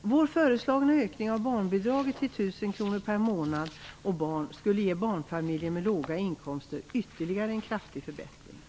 Vår föreslagna ökning av barnbidraget till 1 000 kr per månad och barn skulle ge barnfamiljer med låga inkomster ytterligare en kraftig förbättring.